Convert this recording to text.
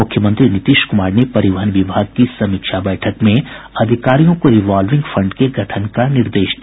मुख्यमंत्री नीतीश कुमार ने परिवहन विभाग की समीक्षा बैठक में अधिकारियों को रिवॉल्विंग फंड के गठन का निर्देश दिया